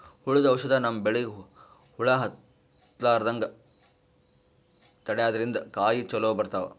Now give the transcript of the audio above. ಹುಳ್ದು ಔಷಧ್ ನಮ್ಮ್ ಬೆಳಿಗ್ ಹುಳಾ ಹತ್ತಲ್ಲ್ರದಂಗ್ ತಡ್ಯಾದ್ರಿನ್ದ ಕಾಯಿ ಚೊಲೋ ಬರ್ತಾವ್